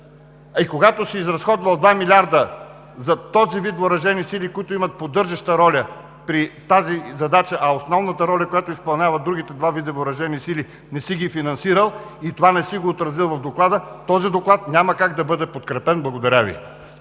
А и когато си изразходвал два милиарда за този вид въоръжени сили, които имат поддържаща роля при тази задача, а основната роля, която изпълняват другите два вида въоръжени сили не си ги финансирал и това не си го отразил в Доклада, този доклад няма как да бъде подкрепен. Благодаря Ви.